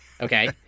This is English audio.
Okay